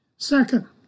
Second